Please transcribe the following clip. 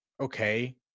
okay